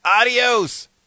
Adios